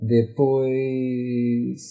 Depois